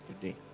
today